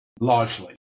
largely